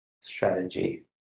Strategy